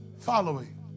following